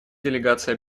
делегации